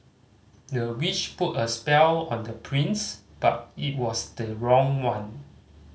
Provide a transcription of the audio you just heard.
the witch put a spell on the prince but it was the wrong one